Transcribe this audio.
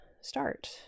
start